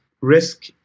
risk